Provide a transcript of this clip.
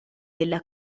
della